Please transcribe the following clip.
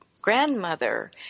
grandmother